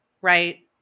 right